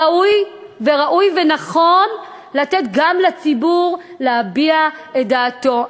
ראוי ונכון לתת גם לציבור להביע את דעתו.